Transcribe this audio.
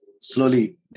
slowly